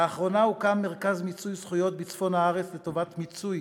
לאחרונה הוקם מרכז מיצוי זכויות בצפון הארץ לטובת מיצוי